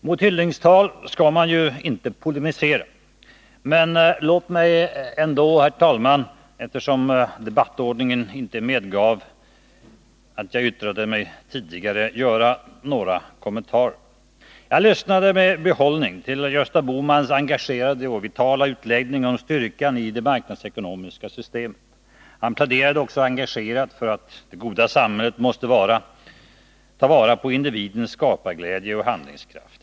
Mot hyllningstal skall man inte polemisera, men låt mig ändå, eftersom debattordningen inte medgav att jag yttrade mig tidigare, göra några kommentarer. Jag lyssnade med behållning till Gösta Bohmans engagerade och vitala utläggning om styrkan i det marknadsekonomiska systemet. Han pläderade också engagerat för att det goda samhället måste vara det där man tar vara på individens skaparglädje och handlingskraft.